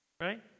Right